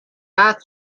است